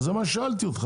אז זה מה ששאלתי אותך.